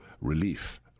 relief